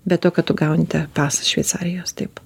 be to kad tu gauni tą pasą šveicarijos taip